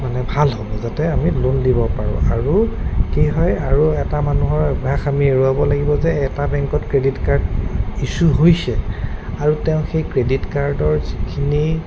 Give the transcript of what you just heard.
মানে ভাল হ'ব যাতে আমি লোন দিব পাৰোঁ আৰু কি হয় আৰু এটা মানুহৰ অভ্যাস আমি এৰোৱাব লাগিব যে এটা বেংকত ক্ৰেডিট কাৰ্ড ইছ্যু হৈছে আৰু তেওঁ সেই ক্ৰেডিট কাৰ্ডৰ যিখিনি